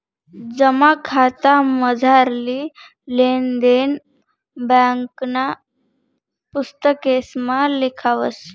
जमा खातामझारली लेन देन ब्यांकना पुस्तकेसमा लिखावस